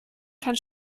kann